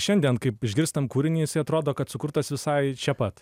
šiandien kaip išgirstam kūrinį jisai atrodo kad sukurtas visai čia pat